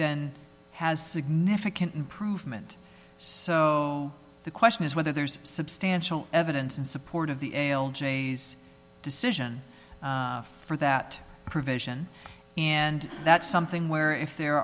then has significant improvement so the question is whether there's substantial evidence in support of the ail j s decision for that provision and that's something where if there